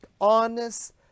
honest